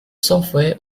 software